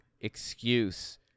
excuse